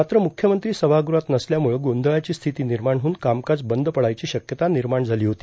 मात्र मुख्यमंत्री सभागृहात नसल्यामुळं गोंधळाची स्थिती निर्माण होऊन कामकाज बंद पडायची शक्यता निर्माण झाली होती